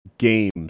games